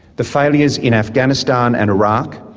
the failures in afghanistan and iraq,